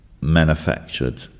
manufactured